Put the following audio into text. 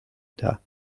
teha